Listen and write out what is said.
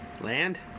Land